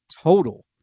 total